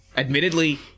Admittedly